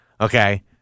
okay